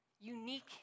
unique